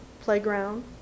playground